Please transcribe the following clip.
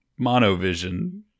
Monovision